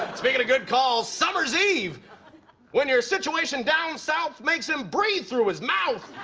speaking of good calls, summer's eve when your situation down south makes him breathe through his mouth.